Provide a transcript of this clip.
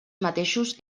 mateixos